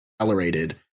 accelerated